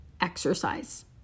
exercise